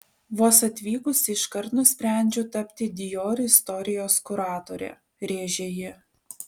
vos atvykusi iškart nusprendžiau tapti dior istorijos kuratore rėžė ji